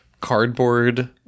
cardboard